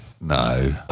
No